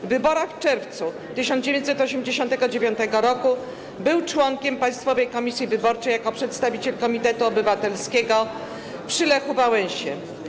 W wyborach w czerwcu 1989 r. był członkiem Państwowej Komisji Wyborczej jako przedstawiciel komitetu obywatelskiego przy Lechu Wałęsie.